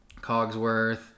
Cogsworth